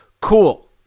cool